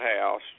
House